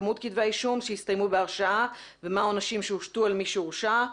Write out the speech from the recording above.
כמות כתבי האישום שהסתיימו בהרשעה ומה העונשים שהושתו על מי שהורשע.